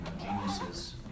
geniuses